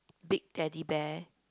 big Teddy Bear